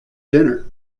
dinner